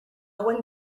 one